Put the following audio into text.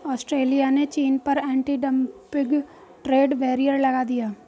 Australia ने चीन पर एंटी डंपिंग ट्रेड बैरियर लगा दिया